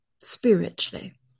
spiritually